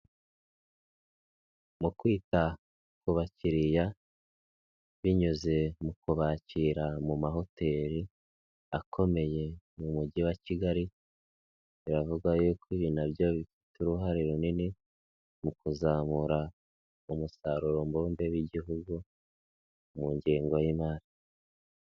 Mu kwita ku bakiriya binyuze mu kubakira mu mahoteli akomeye mu mujyi wa Kigali biravuga yuko ibi na byo bifite uruhare runini mu kuzamura umusaruro mbumbe w'Igihugu mu ngengo y'imari.